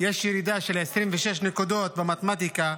יש ירידה של 26 נקודות במתמטיקה